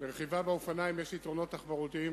לרכיבה על אופניים יש יתרונות תחבורתיים